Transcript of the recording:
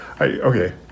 okay